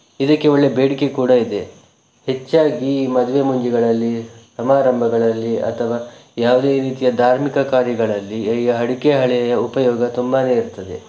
ಇದಕ್ಕೆ ಒಳ್ಳೆಯ ಬೇಡಿಕೆ ಕೂಡ ಇದೆ ಹೆಚ್ಚಾಗಿ ಈ ಮದುವೆ ಮುಂಜಿಗಳಲ್ಲಿ ಸಮಾರಂಭಗಳಲ್ಲಿ ಅಥವಾ ಯಾವುದೇ ರೀತಿಯ ಧಾರ್ಮಿಕ ಕಾರ್ಯಗಳಲ್ಲಿ ಈ ಅಡಿಕೆ ಹಾಳೆಯ ಉಪಯೋಗ ತುಂಬನೇ ಇರ್ತದೆ